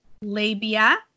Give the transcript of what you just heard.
labia